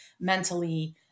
mentally